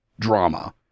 drama